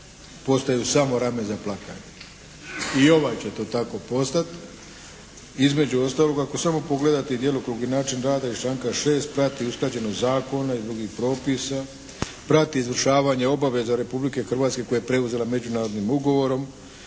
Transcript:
postaju samo rame za plakanje. I ovaj će to tako postati. Između ostalog, ako samo pogledate i djelokrug i način rada iz članka 6. prati usklađenost zakona i drugih propisa, prati izvršavanje obaveza Republike Hrvatske koje je preuzela međunarodnim ugovorom,